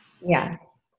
Yes